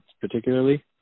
particularly